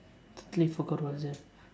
totally forgot what is that